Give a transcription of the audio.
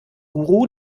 guru